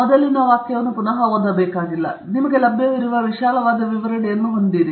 ತದನಂತರ ವಿವರಣೆ ನಿಮಗೆ ಲಭ್ಯವಿರುವ ವಿಶಾಲವಾದ ವಿವರಣೆಯನ್ನು ಹೊಂದಿದೆ